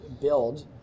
build